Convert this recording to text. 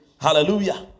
hallelujah